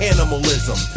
Animalism